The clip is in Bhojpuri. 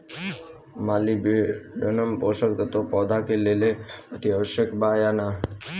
मॉलिबेडनम पोषक तत्व पौधा के लेल अतिआवश्यक बा या न?